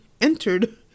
entered